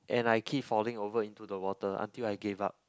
and I keep falling over into the water until I gave up